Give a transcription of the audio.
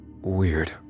Weird